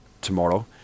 tomorrow